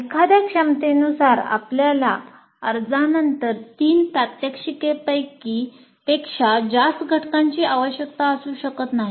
एखाद्या क्षमतेनुसार आपल्याला अर्जानंतर 3 प्रात्यक्षिकेपेक्षा जास्त घटकांची आवश्यकता असू शकत नाही